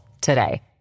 today